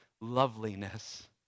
loveliness